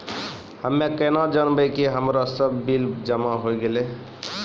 हम्मे केना जानबै कि हमरो सब बिल जमा होय गैलै?